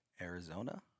arizona